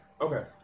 okay